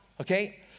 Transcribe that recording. Okay